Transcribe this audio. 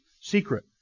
secret